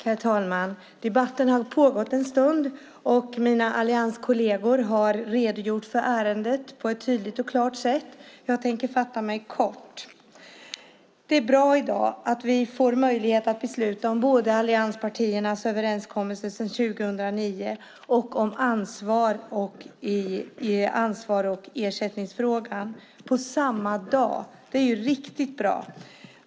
Herr talman! Debatten har pågått en stund, och mina allianskolleger har redogjort för ärendet på ett tydligt och klart sätt. Jag tänker fatta mig kort. Det är bra att vi får möjlighet att samma dag besluta om både allianspartiernas överenskommelse sedan 2009 och ansvars och ersättningsfrågan. Det är riktigt bra.